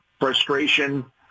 frustration